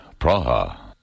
Praha